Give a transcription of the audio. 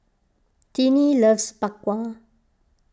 Tinie loves Bak Kwa